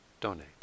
donate